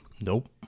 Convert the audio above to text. Nope